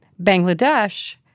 Bangladesh